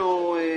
מציג,